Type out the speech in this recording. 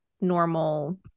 normal